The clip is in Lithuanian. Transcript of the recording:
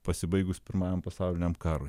pasibaigus pirmajam pasauliniam karui